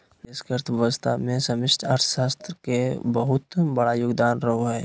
देश के अर्थव्यवस्था मे समष्टि अर्थशास्त्र के बहुत बड़ा योगदान रहो हय